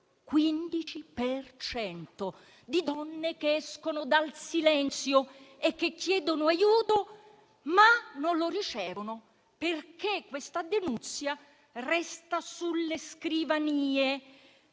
Sono donne che escono dal silenzio e chiedono aiuto, ma non lo ricevono, perché la denunzia resta sulle scrivanie.